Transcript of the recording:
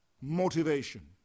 motivation